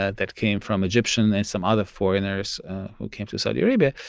ah that came from egyptian and some other foreigners who came to saudi arabia.